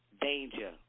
danger